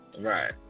Right